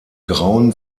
grauen